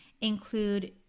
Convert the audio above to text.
include